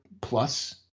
Plus